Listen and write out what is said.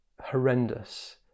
horrendous